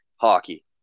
hockey